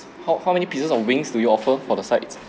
how how many pieces of wings do you offer for the side